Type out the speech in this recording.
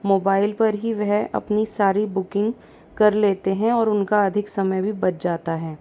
mobile पर ही वह अपनी सारी बुकिंग कर लेते हैं और उनका अधिक समय भी बच जाता है